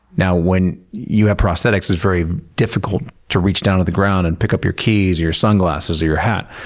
now when you have prosthetics it's very difficult to reach down to the ground to and pick up your keys, your sunglasses, or your hat.